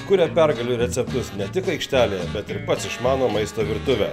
kuria pergalių receptus ne tik aikštelėje bet ir pats išmano maisto virtuvę